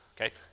okay